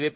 V